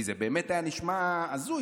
זה באמת היה נשמע הזוי.